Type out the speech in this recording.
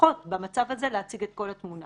לפחות במצב הזה להציג את כל התמונה.